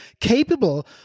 capable